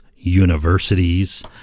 universities